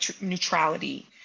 neutrality